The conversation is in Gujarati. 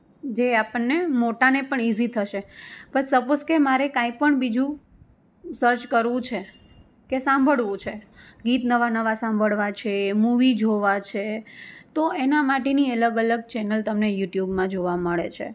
જે આપણને મોટાને પણ ઇઝી થશે પણ સપોઝ કે મારે કંઈપણ બીજું સર્ચ કરવું છે કે સાંભળવું છે ગીત નવા નવા સાંભળવા છે મૂવી જોવા છે તો એના માટેની અલગ અલગ ચેનલ તમને યુટ્યુબમાં જોવા મળે છે